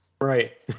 Right